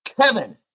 Kevin